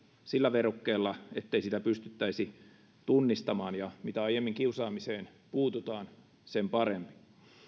sillä verukkeella ettei sitä pystyttäisi tunnistamaan ja mitä aiemmin kiusaamiseen puututaan sen parempi